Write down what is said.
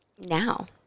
now